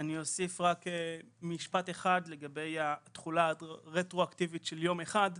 אני אוסיף רק משפט אחד לגבי התכולה הרטרואקטיבית של יום אחד,